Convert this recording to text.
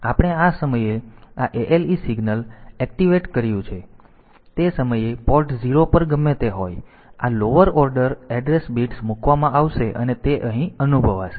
તેથી આપણે આ સમયે આ ALE સિગ્નલ એક્ટિવેટ કર્યું છે તે સમયે પોર્ટ 0 પર ગમે તે હોય આ લોઅર ઓર્ડર એડ્રેસ બિટ્સ મૂકવામાં આવશે અને તે અહીં અનુભવાશે